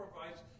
provides